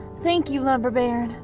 thank you lumber baron.